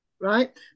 Right